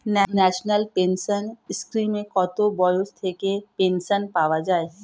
National pension স্কিমে কত বয়স থেকে পেনশন পাওয়া যায়?